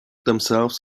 themselves